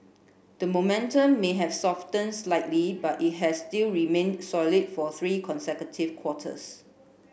the momentum may have softened slightly but it has still remained solid for three consecutive quarters